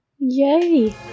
Yay